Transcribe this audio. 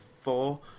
four